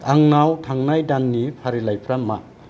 आंनाव थांनाय दाननि फारिलाइफ्रा मा